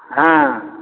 ହାଁ